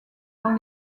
dans